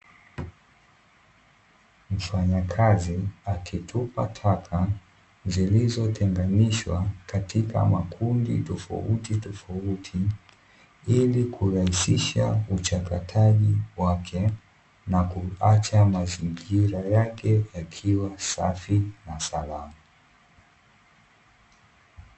Mfanyakazi akitupa taka zilizotenganishwa katika makundi tofautitofauti, ili kurahisisha uchakataji wake na kuacha mazingira yake yakiwa safi na salama.